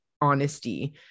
honesty